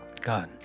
God